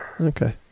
Okay